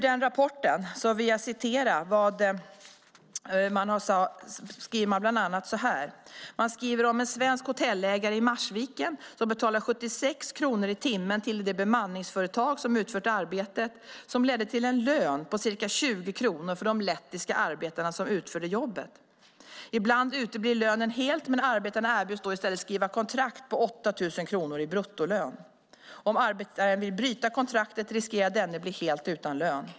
I rapporten skriver man bland annat om en svensk hotellägare i Marsviken som betalat 76 kronor i timmen till ett bemanningsföretag, vilket ledde till en lön på ca 20 kronor för de lettiska arbetare som utförde jobbet. Ibland uteblir lönen helt, men arbetarna erbjuds då i stället att skriva kontrakt på 8 000 kronor i bruttolön. Om arbetaren vill bryta kontraktet riskerar denne att bli helt utan lön.